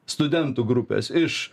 studentų grupės iš